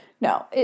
No